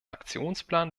aktionsplan